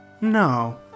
No